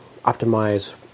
optimize